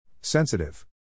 Sensitive